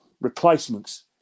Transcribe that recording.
replacements